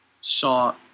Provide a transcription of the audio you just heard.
saw